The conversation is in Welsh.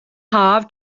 haf